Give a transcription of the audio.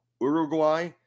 Uruguay